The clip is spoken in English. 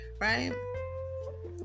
Right